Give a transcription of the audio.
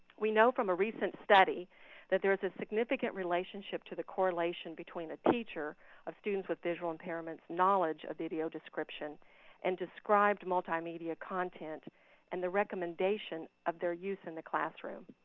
we know from a recent study that there's a significant relationship to the correlation between a teacher of students with visual impairments, knowledge of video description and described multi-media content and the recommendation of their use in the classroom.